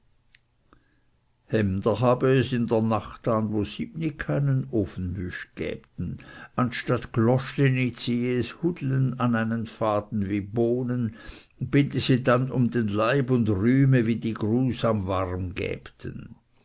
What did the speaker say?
habe es in der nacht an wo siebni keinen ofenwüsch gäbten anstatt gloschleni ziehe es hudlen an einen faden wie bohnen binde sie dann um den leib und rühme wie die grusam warm gäbten